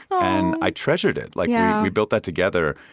and i treasured it. like yeah we built that together.